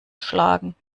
schlagen